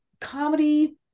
comedy